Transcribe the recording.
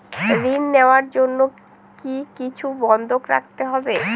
ঋণ নেওয়ার জন্য কি কিছু বন্ধক রাখতে হবে?